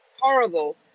horrible